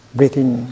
Breathing